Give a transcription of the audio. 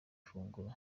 funguro